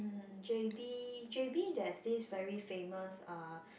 um j_b j_b there's this very famous uh